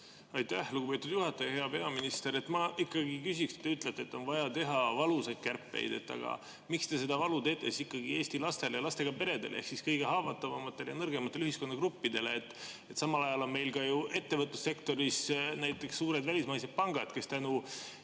Aitäh, lugupeetud juhataja! Hea peaminister! Ma ikkagi küsin. Te ütlete, et on vaja teha valusaid kärpeid. Aga miks te seda valu teete Eesti lastele ja lastega peredele ehk kõige haavatavamatele ja nõrgematele ühiskonnagruppidele? Samal ajal on meil ka ju ettevõtlussektoris näiteks suured välismaised pangad, kes tänu